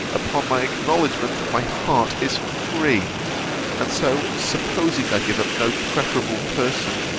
upon my acknowledgement that my heart is free and so, supposing i give up no preferable person,